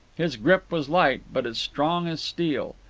his grip was light, but as strong as steel.